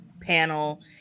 panel